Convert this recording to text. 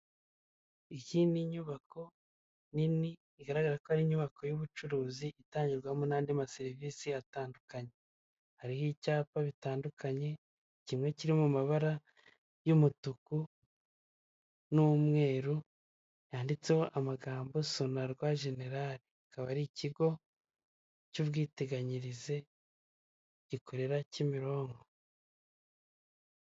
Iyi ni inyubako nini igaragara ko ari inyubako y'ubucuruzi itangirwamo nandi ma serivisi atandukanye. hariho icyapa bitandukanye kimwe kiri mu mabara y'umutuku n'umweru yanditseho amagambo sonerwa jeneral, ikaba ari ikigo cy'ubwiteganyirize gikorera kimironko.